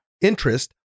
interest